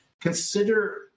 consider